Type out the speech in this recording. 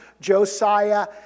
Josiah